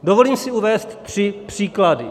Dovolím si uvést tři příklady.